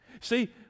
see